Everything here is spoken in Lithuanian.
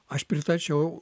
aš pritarčiau